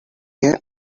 here